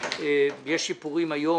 יש שיפורים היום,